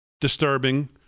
disturbing